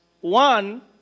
One